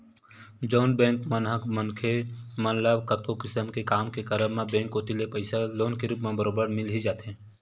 जउन बेंक मन ह बरोबर मनखे मन ल कतको किसम के काम के करब म बेंक कोती ले पइसा लोन के रुप म बरोबर मिल ही जाथे